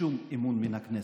לשום אמון מן הכנסת.